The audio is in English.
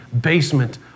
basement